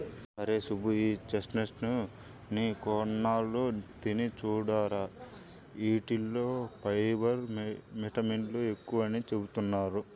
అరేయ్ సుబ్బు, ఈ చెస్ట్నట్స్ ని కొన్నాళ్ళు తిని చూడురా, యీటిల్లో ఫైబర్, విటమిన్లు ఎక్కువని చెబుతున్నారు